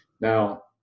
Now